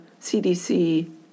CDC